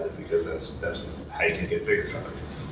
because that's that's how you can get bigger companies.